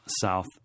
South